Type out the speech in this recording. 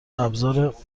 ابزار